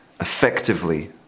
effectively